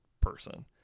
person